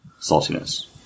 saltiness